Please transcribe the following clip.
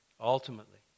Ultimately